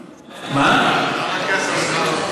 כמה כסף זה?